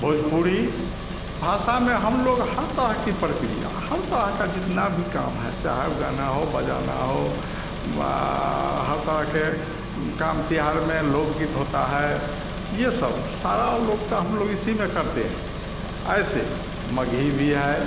भोजपुरी भाषा में हम लोग हर तरह की प्रक्रिया हर तरह का जितना भी काम है चाहे वो गाना हो बजाना हो हर तरह के काम त्योहार में लोकगीत होता है ये सब सारा उलोकता हम लोग इसी में करते हैं ऐसे मगही भी है